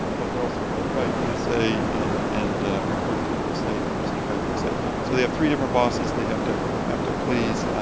but they're also approved by dsa, and and report to dsa and overseen by dsa. so they have three different bosses they have to have to please.